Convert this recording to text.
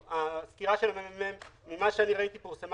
הסקירה של מרכז המחקר והמידע של הכנסת פורסמה